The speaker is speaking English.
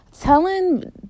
telling